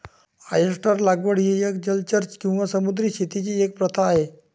oyster लागवड ही एक जलचर किंवा समुद्री शेतीची प्रथा आहे